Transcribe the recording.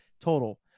total